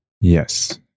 Yes